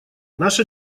наша